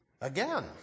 Again